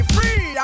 Free